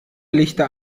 lichter